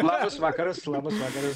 labas vakaras labas vakaras